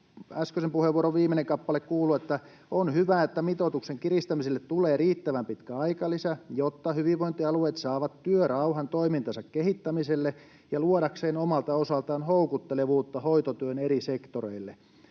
äskeisen puheenvuoroni viimeinen kappale kuului, että on hyvä, että mitoituksen kiristämiselle tulee riittävän pitkä aikalisä, jotta hyvinvointialueet saavat työrauhan toimintansa kehittämiselle luodakseen omalta osaltaan houkuttelevuutta hoitotyön eri sektoreille.